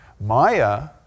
Maya